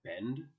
bend